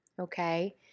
okay